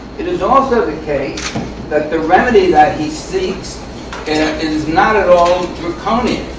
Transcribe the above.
it is also the case that the remedy that he seeks yeah is not at all draconian.